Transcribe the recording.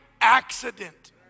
accident